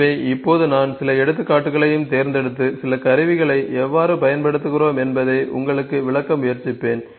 எனவே இப்போது நான் சில எடுத்துக்காட்டுகளைத் தேர்ந்தெடுத்து சில கருவிகளை எவ்வாறு பயன்படுத்துகிறோம் என்பதை உங்களுக்கு விளக்க முயற்சிப்பேன்